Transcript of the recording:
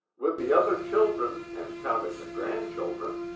with the other children and counting the grandchildren,